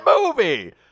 movie